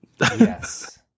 Yes